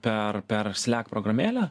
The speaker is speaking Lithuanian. per per slek programėlę